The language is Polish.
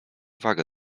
wagę